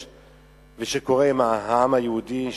שקורה עם העם היהודי,